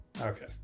Okay